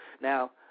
Now